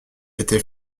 était